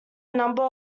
number